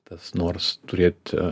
tas nors turėt